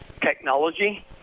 technology